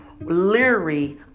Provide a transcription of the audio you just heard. Leery